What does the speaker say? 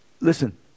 listen